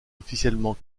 officiellement